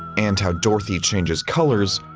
and how dorothy changes colors.